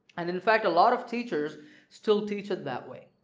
and in fact a lot of teachers still teach it that way.